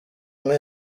umwe